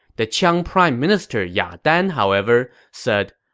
the qiang prime minister ya dan, however, said,